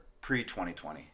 pre-2020